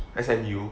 S_M_U